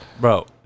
Bro